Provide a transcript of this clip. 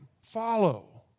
follow